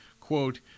quote